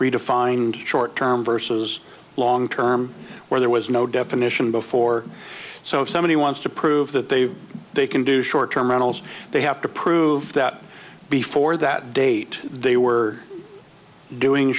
redefined short term versus long term where there was no definition before so if somebody wants to prove that they they can do short term rentals they have to prove that before that date they were doing